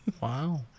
Wow